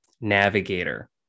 navigator